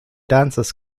dances